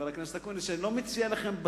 שאני לא מציע לכם,